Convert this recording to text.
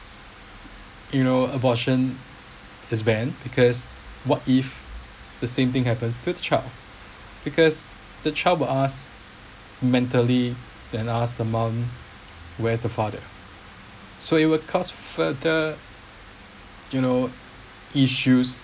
you know abortion is banned because what if the same thing happens to the child because the child of us mentally then ask the mum where the father so it would cause further you know issues